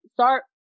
Start